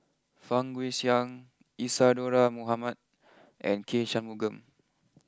Fang Guixiang Isadhora Mohamed and K Shanmugam